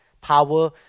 power